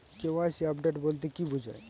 KYC update বলতে কি বোঝায়?